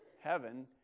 heaven